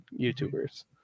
YouTubers